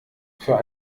für